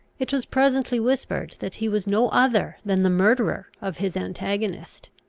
it was presently whispered that he was no other than the murderer of his antagonist.